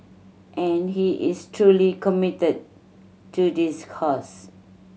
and he is truly committed to this cause